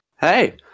hey